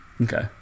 okay